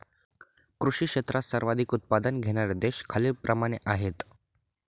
कृषी क्षेत्रात सर्वाधिक उत्पादन घेणारे देश खालीलप्रमाणे आहेत